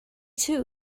too